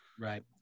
right